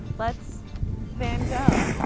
let's van gogh.